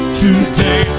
today